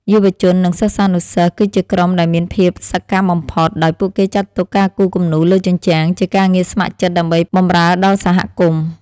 យុវជន និងសិស្សានុសិស្ស គឺជាក្រុមដែលមានភាពសកម្មបំផុត ដោយពួកគេចាត់ទុកការគូរគំនូរលើជញ្ជាំងជាការងារស្ម័គ្រចិត្តដើម្បីបម្រើដល់សហគមន៍។